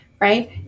right